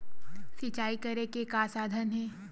सिंचाई करे के का साधन हे?